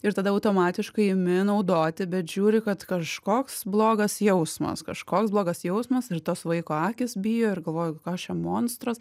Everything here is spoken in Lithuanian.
ir tada automatiškai imi naudoti bet žiūri kad kažkoks blogas jausmas kažkoks blogas jausmas ir tos vaiko akys bijo ir galvoju ką aš čia monstras